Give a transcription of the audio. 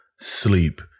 Sleep